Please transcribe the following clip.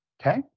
okay